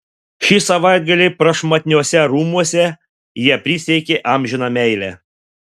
šį savaitgalį prašmatniuose rūmuose jie prisiekė amžiną meilę